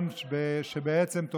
אני לא חשבתי לעלות,